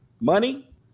money